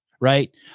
right